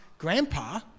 grandpa